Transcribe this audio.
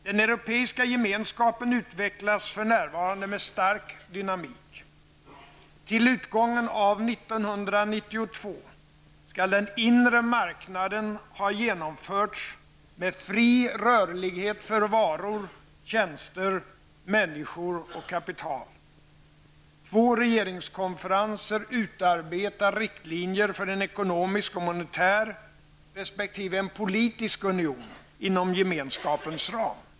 Den Europeiska gemenskapen utvecklas för närvarande med stark dynamik. Till utgången av 1992 skall den inre marknaden ha genomförts med fri rörlighet för varor, tjänster, människor och kapital. Två regeringskonferenser utarbetar riktlinjer för en ekonomisk och monetär resp. en politisk union inom Gemenskapens ram.